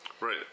Right